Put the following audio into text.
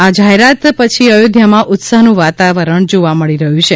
આ જાહેરાત પછી અયોધ્યામાં ઉત્સાહનું વાતાવરણ જોવા મળી રહયું છે